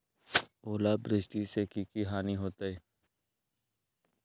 ओलावृष्टि से की की हानि होतै?